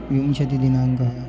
विंशतिः दिनाङ्कः